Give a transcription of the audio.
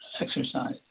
exercise